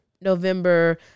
November